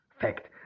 fact